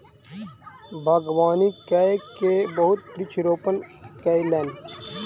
बागवानी कय के बहुत वृक्ष रोपण कयलैन